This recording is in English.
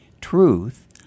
truth